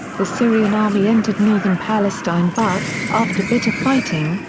the syrian army entered northern palestine but, after bitter fighting,